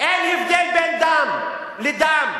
אין הבדל בין דם לדם.